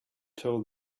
told